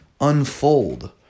unfold